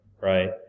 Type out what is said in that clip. right